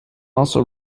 also